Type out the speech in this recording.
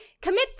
commit